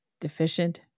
deficient